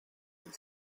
and